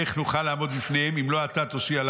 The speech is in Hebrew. איך נוכל לעמוד בפניהם אם לא אתה תושיע לנו.